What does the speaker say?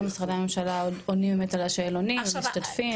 משרדי הממשלה עונים על השאלונים ומשתתפים.